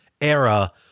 era